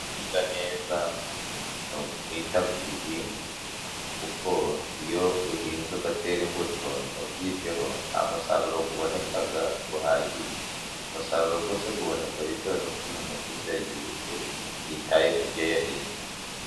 Neza neza ni ukwita ku bihingwa, kuko iyo uhinze ugatera imbuto ntubyiteho, nta musaruro uboneka uhagije. Umusaruro wose uboneka bitewe n'ukuntu umuhinzi yagize ate ? Yitaye ku byo yahinze.